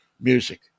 music